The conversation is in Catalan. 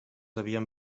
havien